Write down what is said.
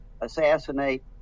assassinate